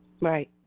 Right